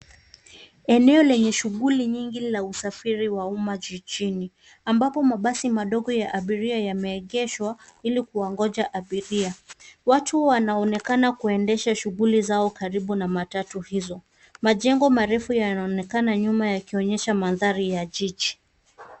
Eneo lenye shughuli nyingi la usafiri wa umma jijini; ambapo mabasi madogo ya abiria yameegeshwa ili kuwangoja abiria. Watu wanaonekana kuendesha shughuli zao karibu na matatu hizo. Majengo marefu yanaonekana nyuma yakionyesha mandhari ya jiji.